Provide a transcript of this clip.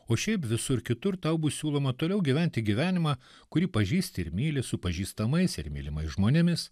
o šiaip visur kitur tau bus siūloma toliau gyventi gyvenimą kurį pažįsti ir myli su pažįstamais ir mylimais žmonėmis